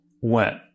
went